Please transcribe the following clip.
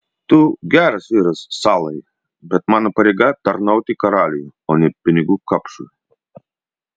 tu geras vyras salai bet mano pareiga tarnauti karaliui o ne pinigų kapšui